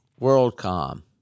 WorldCom